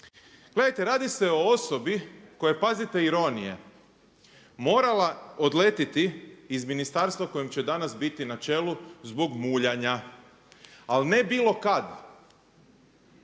Gledajte, radi se o osobi koja je pazite ironije morala odletiti iz ministarstva kojem će danas biti na čelu zbog muljanja. Ali ne bilo kad,